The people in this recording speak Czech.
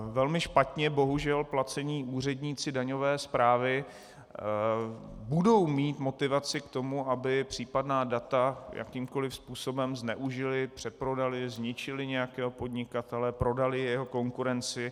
Velmi špatně, bohužel, placení úředníci daňové správy budou mít motivaci k tomu, aby případná data jakýmkoliv způsobem zneužili, přeprodali, zničili nějakého podnikatele, prodali jeho konkurenci.